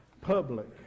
public